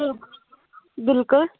بِلکُل